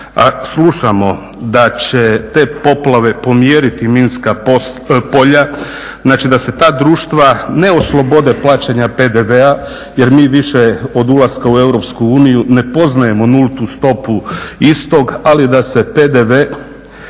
slušamo da će te poplave pomjeriti minska polja, znači da se ta društva ne oslobode plaćanja PDV-a jer mi više od ulaska u EU ne poznajemo nultu stopu istog, ali da se PDV